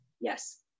Yes